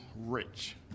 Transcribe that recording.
rich